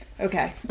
Okay